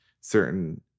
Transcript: certain